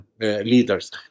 leaders